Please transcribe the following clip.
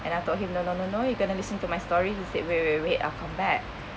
and I told him no no no no you're going to listen to my story he said wait wait wait I'll come back